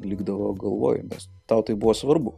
likdavo galvojimas tau tai buvo svarbu